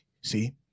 see